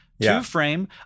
Two-frame